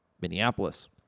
Minneapolis